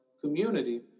community